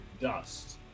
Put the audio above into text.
dust